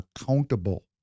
accountable